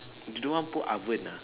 you don't want to put oven ah